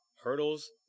Hurdles